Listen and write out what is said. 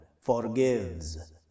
forgives